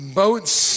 boats